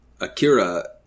Akira